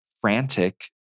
frantic